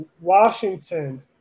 Washington